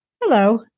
Hello